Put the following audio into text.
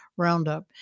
Roundup